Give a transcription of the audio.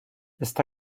está